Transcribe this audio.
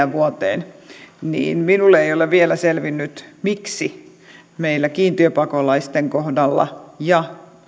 neljään vuoteen minulle ei ei ole vielä selvinnyt miksi meillä kiintiöpakolaisten kohdalla ja